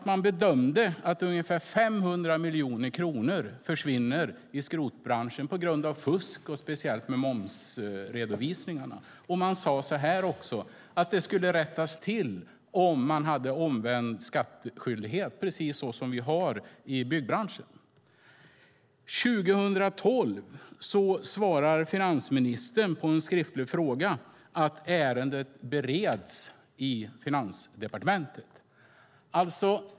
Man bedömde att ungefär 500 miljoner kronor försvann i skrotbranschen på grund av fusk, speciellt med momsredovisningen. Man sade också att detta skulle rättas till med omvänd skattskyldighet, precis som gäller i byggbranschen. År 2012 svarade finansministern på en skriftlig fråga: Ärendet bereds i Finansdepartementet.